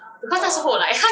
uh